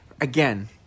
Again